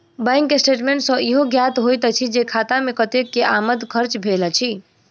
bank statement सॅ ईहो ज्ञात होइत अछि जे खाता मे कतेक के आमद खर्च भेल अछि